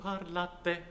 parlate